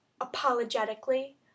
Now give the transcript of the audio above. apologetically